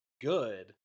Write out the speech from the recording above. good